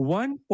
one